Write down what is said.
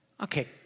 okay